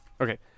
Okay